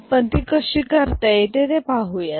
आपण ती कशी करता येते ते पाहूयात